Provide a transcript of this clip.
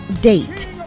Date